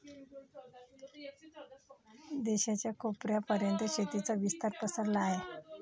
देशाच्या कोपऱ्या पर्यंत शेतीचा विस्तार पसरला आहे